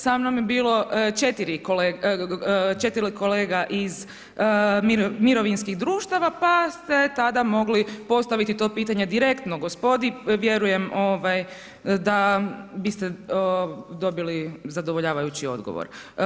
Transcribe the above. Samnom je bilo 4 kolega iz mirovinskih društava pa ste tada mogli postaviti to pitanje direktno gospodi, vjerujem da biste dobili zadovoljavajući odgovor.